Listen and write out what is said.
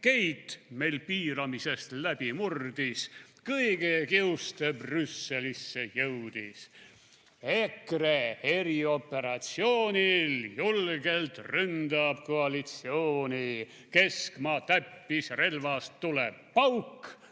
Keit meil piiramisest läbi murdis, / kõige kiuste Brüsselisse jõudis. / EKRE erioperatsioonil / julgelt ründab koalitsiooni, / keskmaa täppisrelvast tuleb pauk,